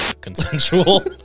consensual